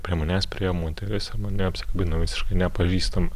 prie manęs priėjo moteris ir mane apsikabino visiškai nepažįstamą